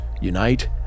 unite